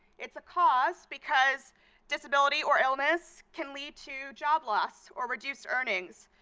it's a cause because disability or illness can lead to job loss or reduced earnings,